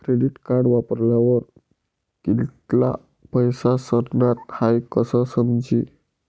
credit card वापरावर कित्ला पैसा सरनात हाई कशं समजी